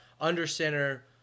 under-center